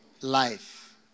life